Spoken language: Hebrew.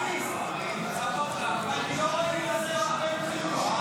אני קובע כי הצעת חוק מסגרות תקציב ---